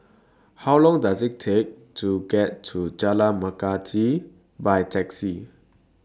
How Long Does IT Take to get to Jalan Melati By Taxi